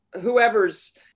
whoever's